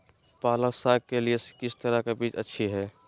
पालक साग के लिए किस तरह के बीज अच्छी है?